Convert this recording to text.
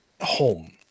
home